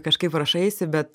kažkaip rašaisi bet